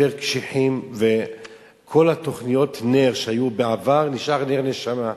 קשיחים וכל תוכניות הנ"ר שהיו בעבר נשאר נר נשמה.